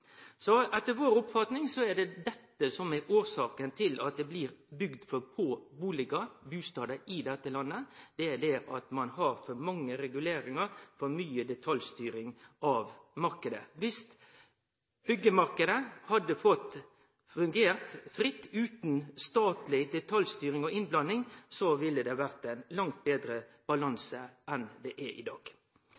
Så etter vår oppfatning er det dette som er årsaka til at det blir bygt for få bustader i dette landet: ein har for mange reguleringar og for mykje detaljstyring av marknaden. Dersom byggemarknaden hadde fått fungere fritt utan statleg detaljstyring og innblanding, ville det ha vore ein langt betre